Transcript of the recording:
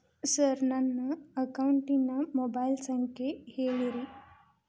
sir ನನ್ನ ಅಕೌಂಟಿನ mobile ಸಂಖ್ಯೆ ಹೇಳಿರಿ